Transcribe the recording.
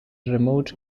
remote